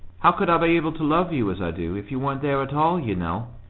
how could i be able to love you as i do if you weren't there at all, you know?